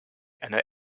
and